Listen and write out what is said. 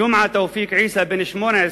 ג'ומעה תאופיק עיסא, בן 18,